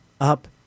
up